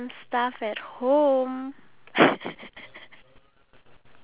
to take a spoonful of honey to feel better